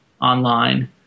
online